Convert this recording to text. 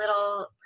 little